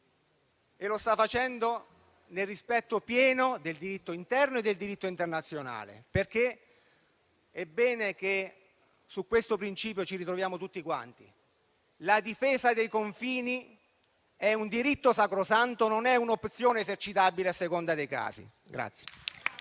e lo sta facendo nel pieno rispetto del diritto interno e del diritto internazionale, perché è bene che su questo principio ci ritroviamo tutti quanti: la difesa dei confini è un diritto sacrosanto, non è un'opzione esercitabile a seconda dei casi.